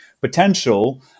potential